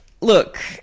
Look